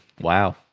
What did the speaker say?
Wow